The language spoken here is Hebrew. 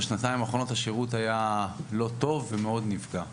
בשנתיים האחרונות השירות היה לא טוב ומאוד נפגע.